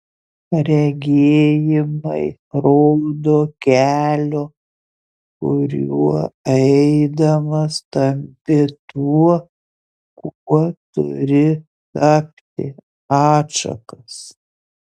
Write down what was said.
regėjimai rodo kelio kuriuo eidamas tampi tuo kuo turi tapti atšakas